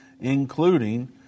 including